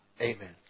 Amen